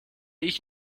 ich